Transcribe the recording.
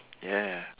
ya ya